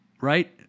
Right